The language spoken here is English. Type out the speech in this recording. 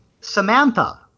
Samantha